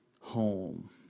home